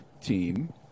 team